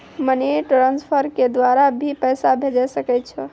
Money transfer के द्वारा भी पैसा भेजै सकै छौ?